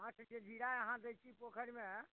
माँछके जीरा अहाँ दइ छी पोखरिमे